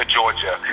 Georgia